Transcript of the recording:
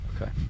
Okay